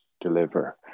deliver